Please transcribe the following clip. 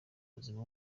ubuzima